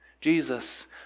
Jesus